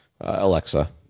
Alexa